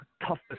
toughest